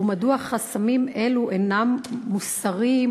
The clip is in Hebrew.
2. מדוע חסמים אלה אינם מוסרים,